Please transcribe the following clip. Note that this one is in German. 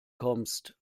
kommst